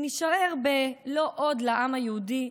אם נישאר ב"לא עוד לעם היהודי",